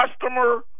Customer